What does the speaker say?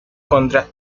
contra